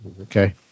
Okay